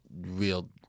real